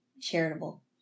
charitable